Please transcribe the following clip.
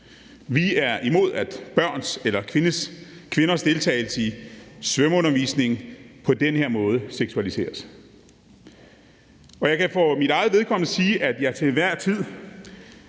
Vi er imod, at børns eller kvinders deltagelse i svømmeundervisning på den her måde seksualiseres. Jeg kan for mit eget vedkommende sige, at jeg til enhver tid